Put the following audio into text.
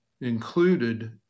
included